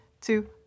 two